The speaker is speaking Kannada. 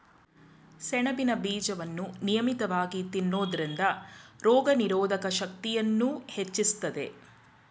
ಸೆಣಬಿನ ಬೀಜವನ್ನು ನಿಯಮಿತವಾಗಿ ತಿನ್ನೋದ್ರಿಂದ ರೋಗನಿರೋಧಕ ಶಕ್ತಿಯನ್ನೂ ಹೆಚ್ಚಿಸ್ತದೆ